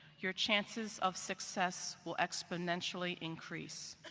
your chances of success will exponentially increase.